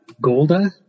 Golda